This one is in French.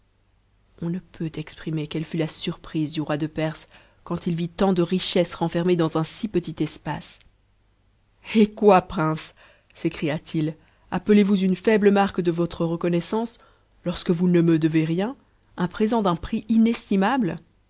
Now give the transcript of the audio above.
on ne peut exprimer quelle fut a surprise du roi de perse quand i lant de richesses renfermées dans un si petit espace hë quoi pt n sécria t it appelez-vous une faible marque de votre reconnaissance lorsque vous ne me devez rien un présent d'un prix inestimable